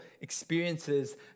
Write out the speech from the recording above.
experiences